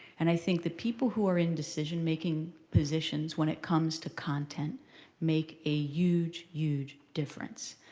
and i think that people who are in decision making positions when it comes to content make a huge, huge difference.